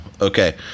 Okay